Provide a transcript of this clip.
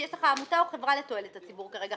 כי יש לך עמותה או חברה לתועלת הציבור כרגע.